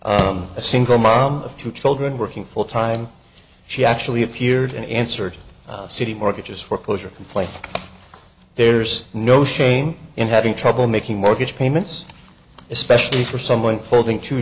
i'm a single mom of two children working full time she actually appeared in answer to city mortgages foreclosure in place there's no shame in having trouble making mortgage payments especially for someone folding t